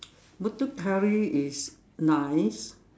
Muthu curry is nice